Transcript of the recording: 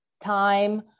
time